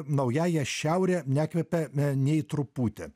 naująja šiaure nekvepia nei truputį